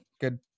good